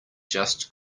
just